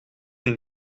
een